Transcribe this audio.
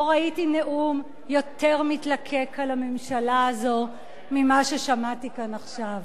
לא ראיתי נאום יותר מתלקק על הממשלה הזאת ממה ששמעתי כאן עכשיו.